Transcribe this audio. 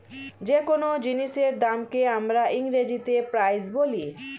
যে কোন জিনিসের দামকে আমরা ইংরেজিতে প্রাইস বলি